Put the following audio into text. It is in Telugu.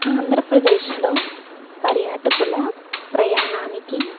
ఆంధ్రప్రదేశ్లో పర్యాటకుల ప్రయాణానికి